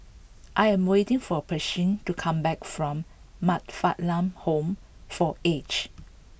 I am waiting for Pershing to come back from Man Fatt Lam Home for Aged